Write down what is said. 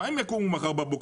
מה הם יעשו מחר בבוקר?